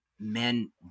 men